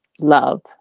love